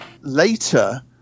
later